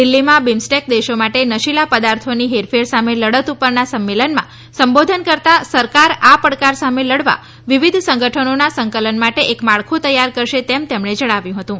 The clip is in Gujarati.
દિલ્હીમાં બિમસ્ટેક દેશો માટે નશીલા પદાર્થોની હેરફેર અને લડત પરના સંમેલનમાં સંબોધન કરતાં સરકાર આ પડકાર સામે લડવા વિવિધ સંગઠનોના સંકલન માટે એક માળખું તૈયાર કરશે તેમણે જણાવ્યું હતું